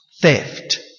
Theft